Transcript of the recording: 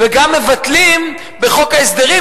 וגם מבטלים בחוק ההסדרים,